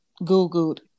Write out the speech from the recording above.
Googled